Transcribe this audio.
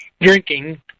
drinking